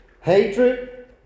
Hatred